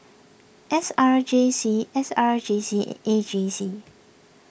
S R J C S R J C and A J C